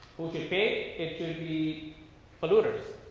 we can pay it to the polluters.